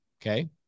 Okay